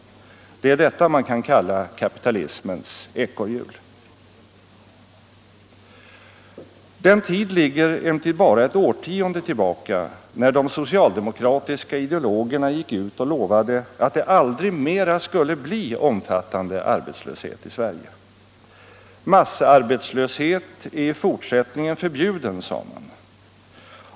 Det är detta man kan kalla kapitalismens ekorrhjul. Den tid ligger emellertid bara ett årtionde tillbaka när de socialdemokratiska ideologerna gick ut och lovade att det aldrig mera skulle bli en omfattande arbetslöshet i Sverige. Massarbetslöshet är i fortsättningen förbjuden, sade man.